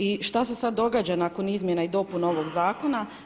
I šta se sad događa nakon izmjena i dopuna ovog zakona?